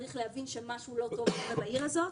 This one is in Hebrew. צריך להבין שמשהו לא טוב קורה בעיר הזאת,